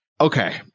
Okay